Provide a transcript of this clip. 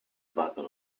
button